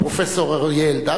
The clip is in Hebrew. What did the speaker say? הפרופסור אריה אלדד,